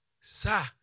sir